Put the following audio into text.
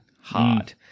hard